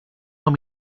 know